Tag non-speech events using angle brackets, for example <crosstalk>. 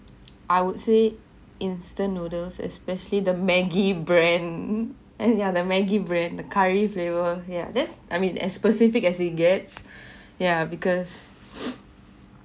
I would say instant noodles especially the Maggi brand and ya the Maggi brand the curry flavour yeah that's I mean as specific as it gets ya because <breath>